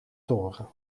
toren